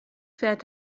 fährt